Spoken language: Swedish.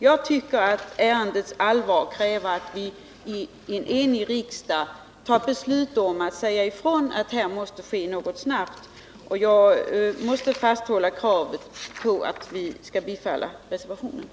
Jag tycker att ärendets allvar kräver att en enig riksdag fattar beslut om att säga ifrån att här måste ske något snabbt, och jag måste fasthålla kravet på att reservationen skall bifallas.